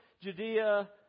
Judea